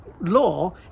law